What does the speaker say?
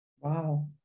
Wow